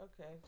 Okay